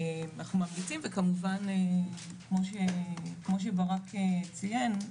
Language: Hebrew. אנחנו ממליצים וכמובן כמו שברק ציין,